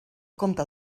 comte